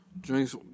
drinks